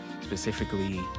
Specifically